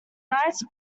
nights